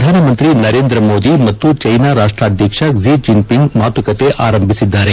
ಪ್ರಧಾನಮಂತ್ರಿ ನರೇಂದ್ರಮೋದಿ ಮತ್ತು China ರಾಷ್ಟಾಧ್ಯಕ್ಷ she Jinping ಮಾತುಕತೆ ಆರಂಭಿಸಿದ್ದಾರೆ